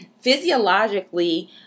physiologically